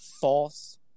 false